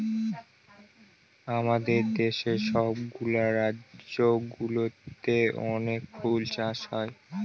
আমাদের দেশের সব গুলা রাজ্য গুলোতে অনেক ফুল চাষ হয়